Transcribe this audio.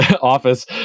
office